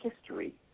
history